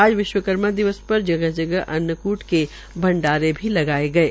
आज विश्वकर्मा दिवस पर जगह जगह अन्नकूट के भंडारे भी लगाये गये